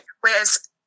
Whereas